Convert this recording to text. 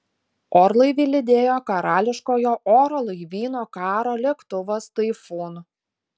orlaivį lydėjo karališkojo oro laivyno karo lėktuvas taifūn